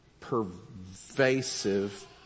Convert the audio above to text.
pervasive